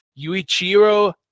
Yuichiro